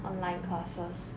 online classes